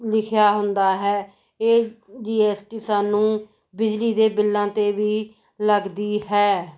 ਲਿਖਿਆ ਹੁੰਦਾ ਹੈ ਇਹ ਜੀ ਐਸ ਟੀ ਸਾਨੂੰ ਬਿਜਲੀ ਦੇ ਬਿੱਲਾਂ 'ਤੇ ਵੀ ਲੱਗਦੀ ਹੈ